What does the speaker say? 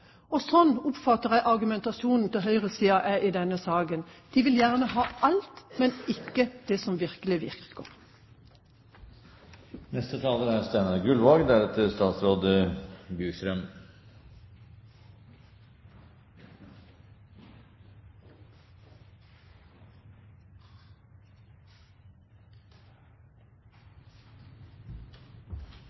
Og slik oppfatter jeg at argumentasjonen til høyresiden er i denne saken. De vil gjerne ha alt, men ikke det som virkelig virker.